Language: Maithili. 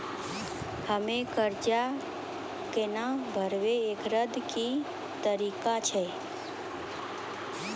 हम्मय कर्जा केना भरबै, एकरऽ की तरीका छै?